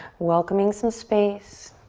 welcoming some space.